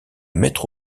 mettre